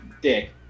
dick